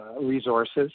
resources